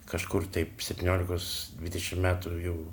kažkur taip septyniolikos dvidešimt metų jau